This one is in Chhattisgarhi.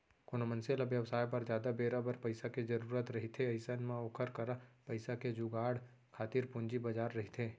कोनो मनसे ल बेवसाय बर जादा बेरा बर पइसा के जरुरत रहिथे अइसन म ओखर करा पइसा के जुगाड़ खातिर पूंजी बजार रहिथे